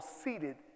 seated